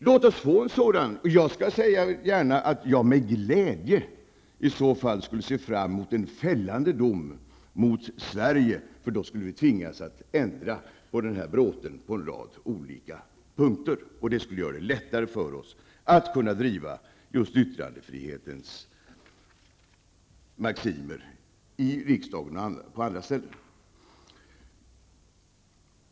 Låt oss få en sådan, och jag skall gärna säga att jag med glädje i så fall skulle se fram emot en fällande dom mot Sverige, för då skulle vi tvingas att ändra på den här bråten på en rad olika punkter. Det skulle göra det lättare för oss att driva yttrandefrihetens maximer i riksdagen och på andra ställen.